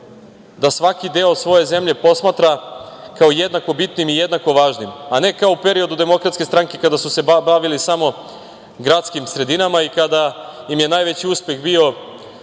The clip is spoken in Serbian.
da svaki deo svoje zemlje posmatra kao jednako bitnim i jednako važnim, a ne kao u periodu Demokratske stranke, kada su se bavili samo gradskim sredinama i kada im je najveći uspeh bio